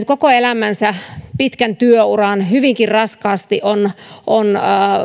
koko elämänsä työtä pitkän työuran hyvinkin raskaasti on on